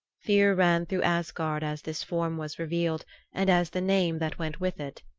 fear ran through asgard as this form was revealed and as the name that went with it,